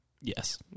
Yes